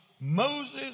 Moses